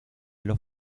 los